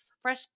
fresh